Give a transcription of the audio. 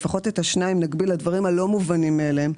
לפחות את השניים נגביל לדברים הלא מובנים מאליהם.